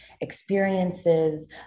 experiences